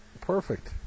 Perfect